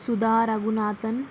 Sudha Raghunathan